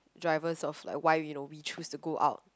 drivers of like why we don't we chose to go out